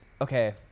Okay